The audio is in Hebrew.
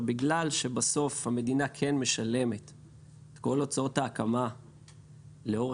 בגלל שבסוף המדינה כן משלמת את כל הוצאות ההקמה לאורך